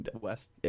West